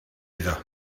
iddo